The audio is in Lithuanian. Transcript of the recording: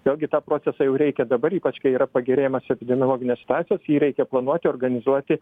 vėlgi tą procesą jau reikia dabar ypač kai yra pagerėjimas epidemiologinės situacijos jį reikia planuoti organizuoti